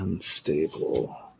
Unstable